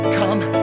come